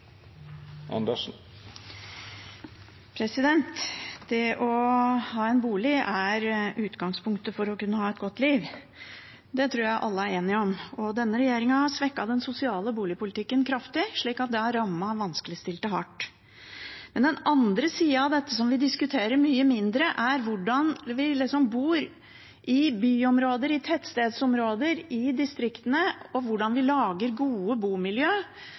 Det å ha en bolig er utgangspunktet for å kunne ha et godt liv. Det tror jeg alle er enige om. Denne regjeringen har svekket den sosiale boligpolitikken kraftig slik at det har rammet vanskeligstilte hardt. Den andre siden av dette, som vi diskuterer mye mindre, er hvordan vi bor i byområder, i tettstedsområder og i distrikter, hvordan vi lager gode